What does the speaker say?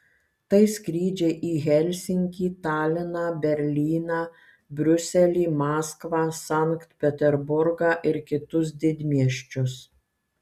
tai skrydžiai į helsinkį taliną berlyną briuselį maskvą sankt peterburgą ir kitus didmiesčius